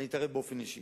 אני אתערב באופן אישי.